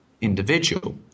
individual